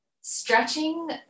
stretching